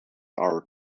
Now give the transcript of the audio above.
our